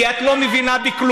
כי את לא מבינה בכלום,